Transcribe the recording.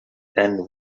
and